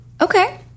Okay